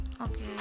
okay